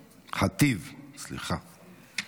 ח'טיב, סליחה.